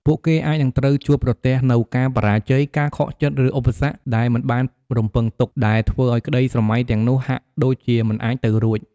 ពួកគេអាចនឹងត្រូវជួបប្រទះនូវការបរាជ័យ ការខកចិត្ត ឬឧបសគ្គដែលមិនបានរំពឹងទុក ដែលធ្វើឱ្យក្តីស្រមៃទាំងនោះហាក់ដូចជាមិនអាចទៅរួច។